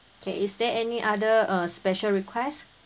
okay is there any other uh special requests